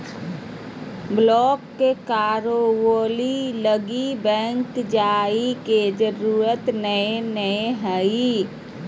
block कराबे लगी bank जाय के जरूरत नयय हइ